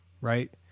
right